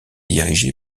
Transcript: dirigé